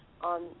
on